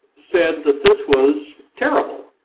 said that this was terrible,